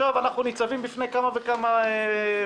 עכשיו אנחנו ניצבים בפני כמה וכמה בעיות.